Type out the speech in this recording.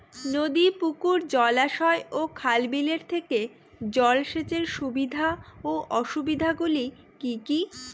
নদী পুকুর জলাশয় ও খাল বিলের থেকে জল সেচের সুবিধা ও অসুবিধা গুলি কি কি?